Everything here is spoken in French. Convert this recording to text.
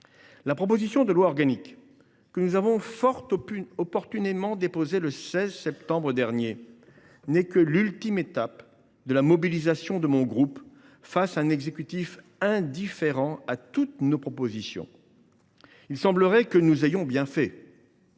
proposition de loi organique, que nous avons fort opportunément déposée le 16 septembre dernier, n’est que l’ultime étape de la mobilisation de mon groupe face à un exécutif indifférent à toutes nos propositions. Il semblerait que nous ayons bien fait,